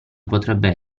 potrebbe